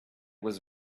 was